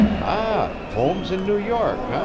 ah! home's in new york, ah?